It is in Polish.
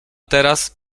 teraz